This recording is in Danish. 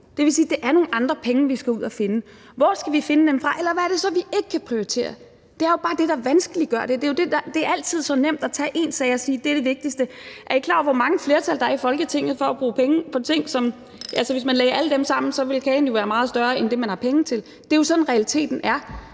Det vil sige, at det er nogle andre penge, vi skal ud at finde. Hvor skal vi finde dem? Eller hvad er det så, vi ikke kan prioritere? Det er jo bare det, der vanskeliggør det. Det er altid så nemt at tage én sag og sige, at det er det vigtigste. Er I klar over, hvor mange flertal der er i Folketinget for at bruge penge på ting, som, hvis man lagde dem alle sammen, ville give en kage, som er meget større end det, man har penge til? Det er jo sådan, realiteten er.